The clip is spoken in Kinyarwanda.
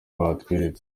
batweretse